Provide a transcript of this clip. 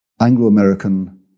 Anglo-American